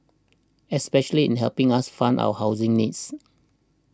especially in helping us fund our housing needs